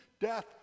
death